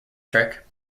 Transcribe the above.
trick